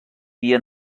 dia